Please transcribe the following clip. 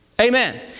Amen